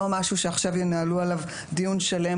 לא משהו שעכשיו ינהלו עליו דיון שלם